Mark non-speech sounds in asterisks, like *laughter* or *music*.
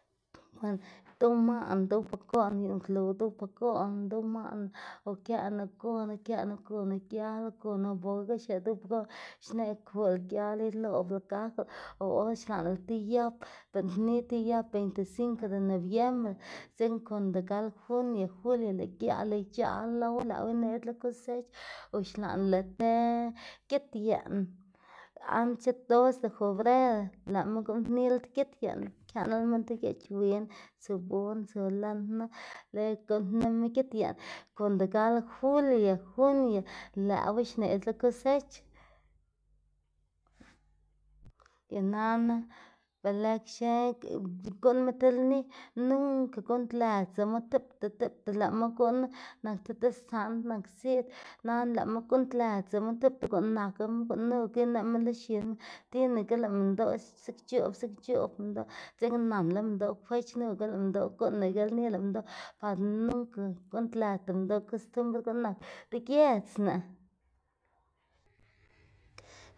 *noise* weno duwmaná, duwpagolná uyuꞌnnkluw duwpagolná duwmaná okënu gon okënu uyunu gial gonno boka xneꞌ duwpagolná xneꞌg kulá gial iloꞌblá gaklá o or xkaꞌlá ti yap biꞌnnpni ti yap vienticinco de noviembre dzekna konda gal junio, julio lëꞌ giaꞌ lëꞌ ic̲h̲aꞌla lowa lëꞌwu ineꞌdzla kosech o xlaꞌnlá te git yeꞌn antc̲h̲e dos de fobrero lëꞌma guꞌnnpnila ti git yeꞌn këꞌnlama ti geꞌch win tsu bon tsu lën knu lego guꞌnnpnima git yeꞌn konda gal julio, junio lëꞌwu xneꞌdzla kosech *noise* y nana be lëkxe *unintelligible* guꞌnnma ti lni nunca guꞌnntlëdzdama tipta tipta lëꞌma guꞌnnu nak te desand nak ziꞌd nana lëꞌma guꞌnntlëdzdamu tipta guꞌn naklama gunuka ineꞌma lo x̱inma tiene que lëꞌ minndoꞌ zikc̲h̲oꞌb zikc̲h̲oꞌb minndoꞌ dzekna nanla minndoꞌ fech knuga lëꞌ minndoꞌ guꞌnaga lni lëꞌ minndoꞌ par nunk guꞌnntlëdzda minndoꞌ kostumbr guꞌn nak degiedzná.